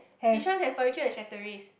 Bishan has Tori-Q and Chateraise